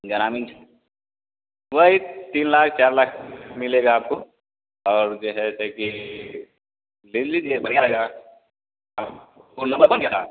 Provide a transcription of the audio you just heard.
ग्रामीण वही तीन लाख चार लाख मिलेगा आपको और जो है ते कि ले लीजिए बढ़िया रहेगा